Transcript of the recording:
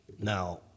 Now